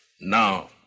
Now